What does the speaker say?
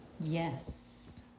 Yes